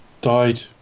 died